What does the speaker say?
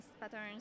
patterns